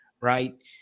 right